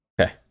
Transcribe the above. Okay